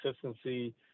consistency